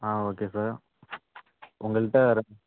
ஆ okay sir உங்கள்கிட்ட ரெஸ்